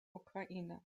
ukraine